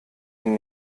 ihn